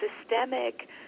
systemic